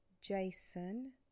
Jason